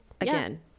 again